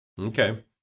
Okay